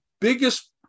biggest